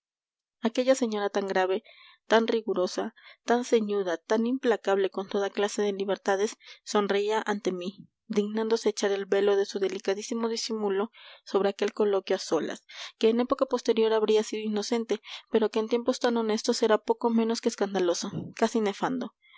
aquella señora tan grave tan rigurosa tan ceñuda tan implacable con toda clase de libertades sonreía ante mí dignándose echar el velo de su delicadísimo disimulo sobre aquel coloquio a solas que en época posterior habría sido inocente pero que en tiempos tan honestos era poco menos que escandaloso casi nefando